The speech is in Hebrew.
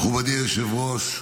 מכובדי היושב-ראש,